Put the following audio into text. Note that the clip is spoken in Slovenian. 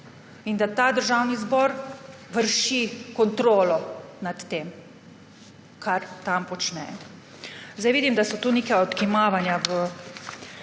In da Državni zbor vrši kontrolo nad tem, kar tam počnejo. Vidim, da so neka odkimavanja v